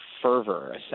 fervor